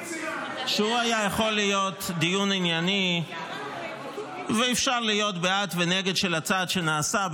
שהיה יכול להיות דיון ענייני ואפשר להיות בעד ונגד הצעד שנעשה,